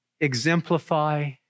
exemplify